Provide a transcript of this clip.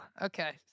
Okay